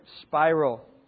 spiral